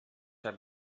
have